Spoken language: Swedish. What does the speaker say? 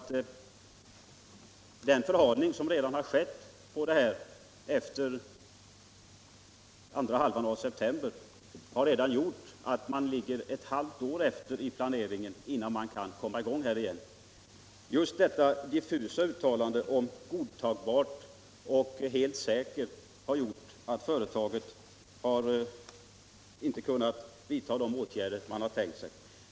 Den förhalning som har skett sedan mitten av september har gjort att man nu ligger ett halvt år efter i planeringen. Just detta diffusa uttalande om ”godtagbart” och ”helt säker” har medfört att företaget inte kunnat vidta de åtgärder man har tänkt sig.